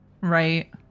Right